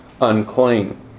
unclean